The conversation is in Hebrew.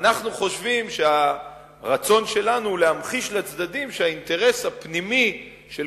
אנחנו חושבים שהרצון שלנו להמחיש לצדדים שהאינטרס הפנימי של